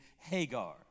Hagar